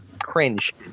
cringe